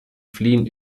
fliehen